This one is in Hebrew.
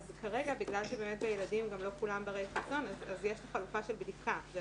כרגע בגלל שהילדים גם לא כולם ברי חיסון אז יש את החלופה של בדיקה.